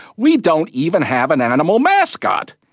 we don't even have an animal mascot.